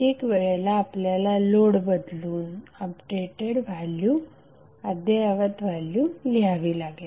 प्रत्येक वेळेला आपल्याला लोड बदलून अपडेटेड व्हॅल्यू लिहावी लागेल